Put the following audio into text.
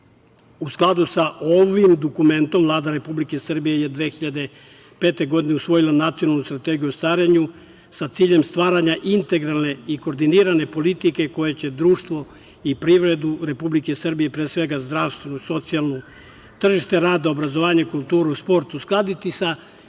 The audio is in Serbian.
skladu sa ovim dokumentom, Vlada Republike Srbije je 2005. godine, usvojila Nacionalnu strategiju o starenju sa ciljem stvaranja integralne i koordinirane politike koje će društvo i privredu i pre svega, zdravstvo i socijalnu, tržište rada, obrazovanje i kulturu, sport, uskladiti sa